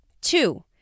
Two